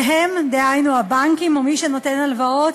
והם, דהיינו הבנקים או מי שנותן הלוואות,